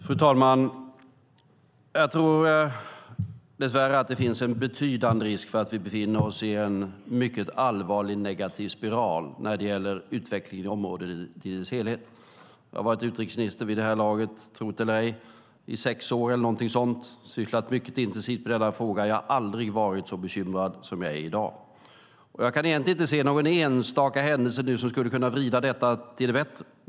Fru talman! Jag tror dess värre att det finns en betydande risk för en mycket allvarlig negativ spiral när det gäller utvecklingen i området i dess helhet. Jag har vid det här laget varit utrikesminister, tro det eller ej, i sex år eller något sådant och sysslat mycket intensivt med denna fråga, och jag har aldrig varit så bekymrad som jag är i dag. Och jag kan egentligen inte se någon enstaka händelse nu som skulle kunna vrida detta till det bättre.